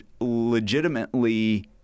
legitimately